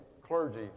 clergy